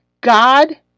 God